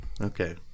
okay